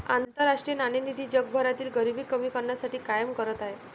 आंतरराष्ट्रीय नाणेनिधी जगभरातील गरिबी कमी करण्यासाठी काम करत आहे